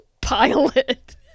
pilot